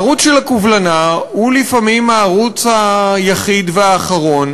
הערוץ של הקובלנה הוא לפעמים הערוץ היחיד והאחרון